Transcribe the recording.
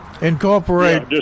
Incorporate